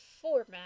format